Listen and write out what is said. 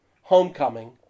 homecoming